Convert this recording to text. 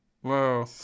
whoa